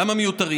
למה הם מיותרים?